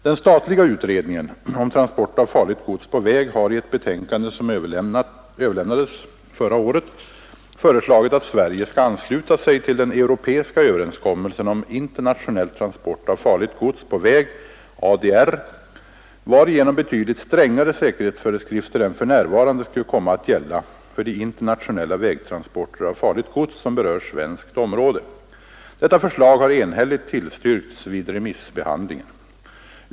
Den statliga utredningen om transport av farligt gods på väg har i ett betänkande som överlämnades förra året föreslagit att Sverige skall ansluta sig till den europeiska överenskommelsen om internationell transport av farligt gods på väg , varigenom betydligt strängare säkerhetsföreskrifter än för närvarande skulle komma att gälla för de internationella vägtransporter av farligt gods som berör svenskt område. Detta förslag har enhälligt tillstyrkts vid remissbehandlingen.